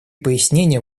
пояснения